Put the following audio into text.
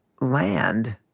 land